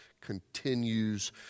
continues